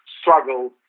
struggle